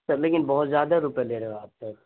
سر لیکن بہت زیادہ روپے لے رہے ہو آپ سر